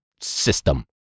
system